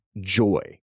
joy